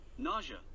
nausea